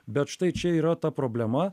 bet štai čia yra ta problema